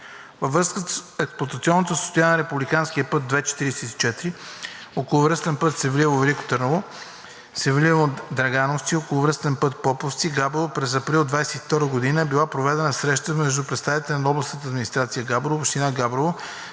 Във връзка с експлоатационното състояние на републикански път II-44, околовръстен път Севлиево – Велико Търново, Севлиево – Драгановци, околовръстен път Поповци – Габрово през април 2022 г. е била проведена среща между представител на Областната администрация – Габрово, Община Габрово,